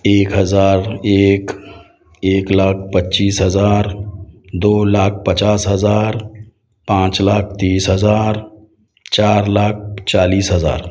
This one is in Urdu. ایک ہزار ایک ایک لاکھ پچیس ہزار دو لاکھ پچاس ہزار پانچ لاکھ تیس ہزار چار لاکھ چالیس ہزار